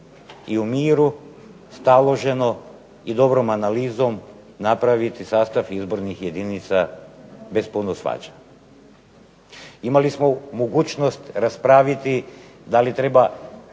i u miru staloženo i dobrom analizom napraviti sastav izbornih jedinica bez puno svađa. Imali smo mogućnost raspraviti da li treba